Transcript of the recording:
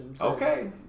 Okay